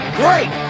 great